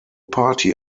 party